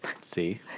See